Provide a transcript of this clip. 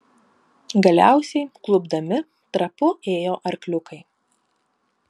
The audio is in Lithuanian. galiausiai klupdami trapu ėjo arkliukai